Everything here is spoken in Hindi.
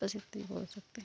बस इतना ही बोल सकते